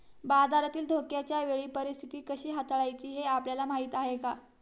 बाजारातील धोक्याच्या वेळी परीस्थिती कशी हाताळायची हे आपल्याला माहीत आहे का?